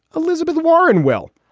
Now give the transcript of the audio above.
elizabeth warren. well,